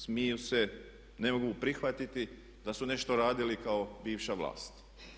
Smiju se, ne mogu prihvatiti da su nešto radili kao bivša vlast.